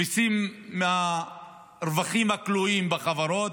מיסים מהרווחים הכלואים בחברות,